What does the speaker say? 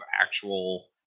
actual